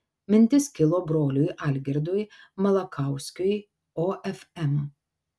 mintis kilo broliui algirdui malakauskiui ofm